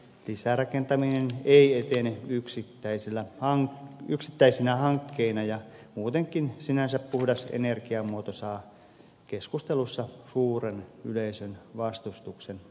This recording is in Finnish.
lisärakentaminen ei etene yksittäisinä hankkeina ja muutenkin sinänsä puhdas energiamuoto saa keskustelussa suuren yleisön vastustuksen osakseen